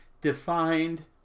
defined